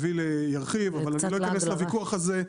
הביא לירחיב אבל אני לא אכנס לוויכוח הזה.